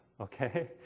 okay